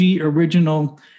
original